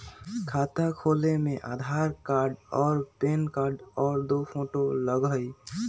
खाता खोले में आधार कार्ड और पेन कार्ड और दो फोटो लगहई?